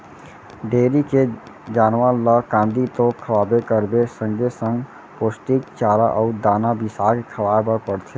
dairy के जानवर ल कांदी तो खवाबे करबे संगे संग पोस्टिक चारा अउ दाना बिसाके खवाए बर परथे